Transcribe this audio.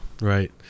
right